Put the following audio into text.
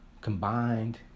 combined